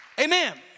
Amen